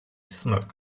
smoke